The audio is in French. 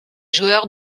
joueur